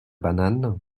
banane